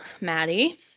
Maddie